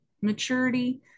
maturity